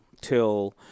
till